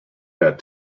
that